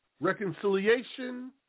reconciliation